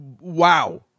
wow